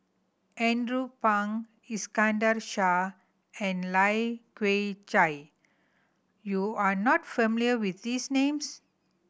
Andrew Phang Iskandar Shah and Lai Kew Chai you are not familiar with these names